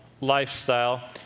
lifestyle